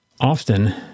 often